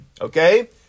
Okay